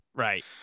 right